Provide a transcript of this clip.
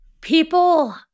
people